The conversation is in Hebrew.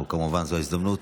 זו כמובן ההזדמנות